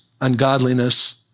ungodliness